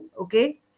okay